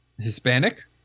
Hispanic